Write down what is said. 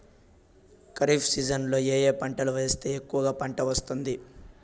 ఖరీఫ్ సీజన్లలో ఏ ఏ పంటలు వేస్తే ఎక్కువగా పంట వస్తుంది?